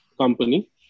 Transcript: company